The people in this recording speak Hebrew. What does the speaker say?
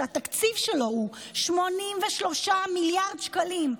שהתקציב שלו הוא 83 מיליארד שקלים,